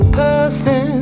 person